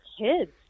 kids